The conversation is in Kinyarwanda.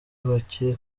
bake